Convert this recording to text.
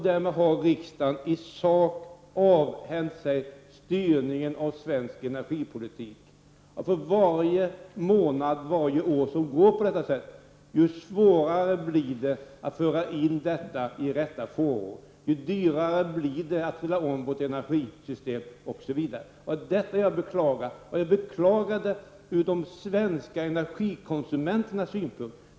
Därmed har riksdagen i sak avhänt sig styrningen av svensk energipolitik. Varje månad, varje år som går på detta sätt gör det svårare att föra in energipolitiken i rätta fåror och desto dyrare blir det att ställa om vårt energisystem. Jag beklagar detta ur de svenska energikonsumenternas synpunkt.